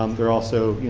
um they're also, you